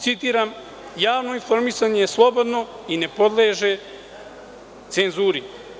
Citiram - javno informisanje je slobodno i ne podleže cenzuri.